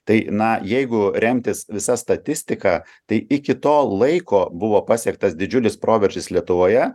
tai na jeigu remtis visa statistika tai iki to laiko buvo pasiektas didžiulis proveržis lietuvoje